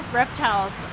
reptiles